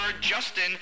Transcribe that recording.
Justin